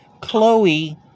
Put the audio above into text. Chloe